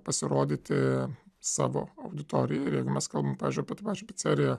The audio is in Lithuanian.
pasirodyti savo auditorijai jeigu mes kalbam pavyzdžiui apie tą pačią piceriją